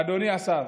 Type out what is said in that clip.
אדוני השר,